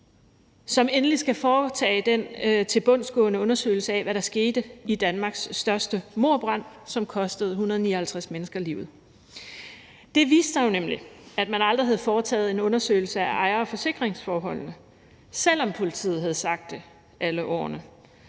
som endelig skal foretage den tilbundsgående undersøgelse af, hvad der skete i Danmarks største mordbrand, som kostede 159 mennesker livet. Det viste sig nemlig, at man aldrig havde foretaget en undersøgelse af ejer- og forsikringsforholdene, selv om politiet havde sagt det i alle årene,